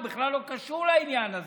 הוא בכלל לא קשור לעניין הזה,